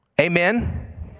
Amen